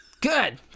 good